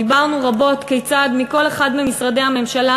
דיברנו רבות כיצד מכל אחד ממשרדי הממשלה